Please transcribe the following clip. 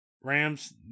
rams